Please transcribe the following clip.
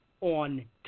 on